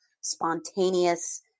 spontaneous